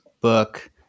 book